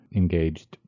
engaged